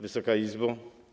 Wysoka Izbo!